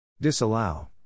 Disallow